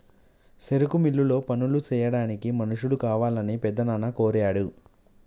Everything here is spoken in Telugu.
సెరుకు మిల్లులో పనులు సెయ్యాడానికి మనుషులు కావాలని పెద్దనాన్న కోరాడు